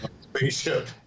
spaceship